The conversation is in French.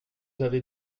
avait